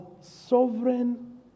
sovereign